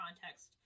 context